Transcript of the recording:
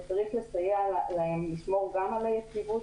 צריך לסייע להם לשמור גם על היציבות